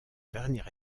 dernier